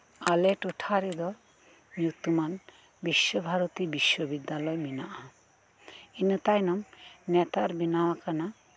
ᱟᱞᱮ ᱴᱚᱴᱷᱟᱨᱮᱫᱚ ᱧᱩᱛᱩᱢᱟᱱ ᱵᱤᱥᱥᱚ ᱵᱷᱟᱨᱚᱛᱤ ᱵᱤᱥᱥᱚ ᱵᱤᱫᱽᱫᱟᱞᱚᱭ ᱢᱮᱱᱟᱜ ᱟ ᱤᱱᱟᱹ ᱛᱟᱭᱚᱢ ᱱᱮᱛᱟᱨ ᱵᱮᱱᱟᱣ ᱟᱠᱟᱱᱟ